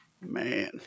Man